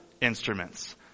instruments